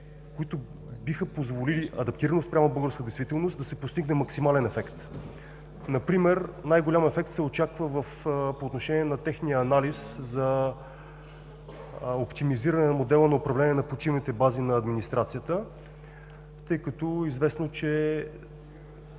които биха позволили адаптираност спрямо българската действителност да се постигне максимален ефект. Например най-голям ефект се очаква по отношение на техния анализ за оптимизиране на модела на управление на почивните бази на администрацията, тъй като е известно, че…